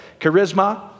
Charisma